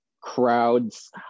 crowds